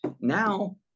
Now